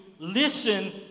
Listen